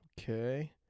Okay